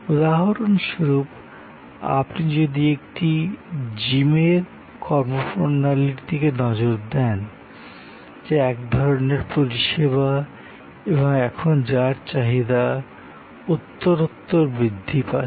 উদাহরণ স্বরূপ আপনি যদি একটি জিমের কর্মপ্রণালীর দিকে নজর দেন যা এক ধরণের পরিষেবা এবং এখন যার চাহিদা উত্তরোত্তর বৃদ্ধি পাচ্ছে